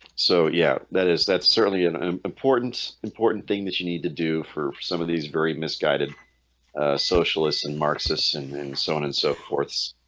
so yeah that is that's certainly an important important thing that you need to do for some of these very misguided socialists and marxist and and so on and so forth